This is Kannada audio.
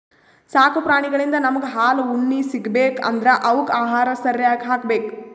ಸಾಕು ಪ್ರಾಣಿಳಿಂದ್ ನಮ್ಗ್ ಹಾಲ್ ಉಣ್ಣಿ ಸಿಗ್ಬೇಕ್ ಅಂದ್ರ ಅವಕ್ಕ್ ಆಹಾರ ಸರ್ಯಾಗ್ ಹಾಕ್ಬೇಕ್